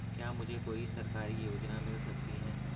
क्या मुझे कोई सरकारी योजना मिल सकती है?